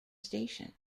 station